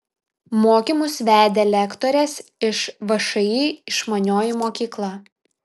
mokymus vedė lektorės iš všį išmanioji mokykla